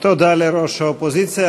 תודה לראש האופוזיציה.